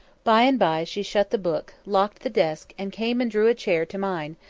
by-and-by she shut the book, locked the desk, and came and drew a chair to mine,